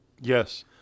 Yes